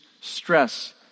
stress